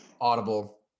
Audible